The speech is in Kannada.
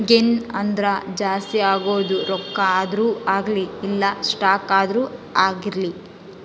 ಗೇನ್ ಅಂದ್ರ ಜಾಸ್ತಿ ಆಗೋದು ರೊಕ್ಕ ಆದ್ರೂ ಅಗ್ಲಿ ಇಲ್ಲ ಸ್ಟಾಕ್ ಆದ್ರೂ ಆಗಿರ್ಲಿ